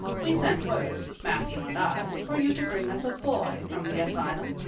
we send word, matthew and i, for you to bring us a boy from the asylum.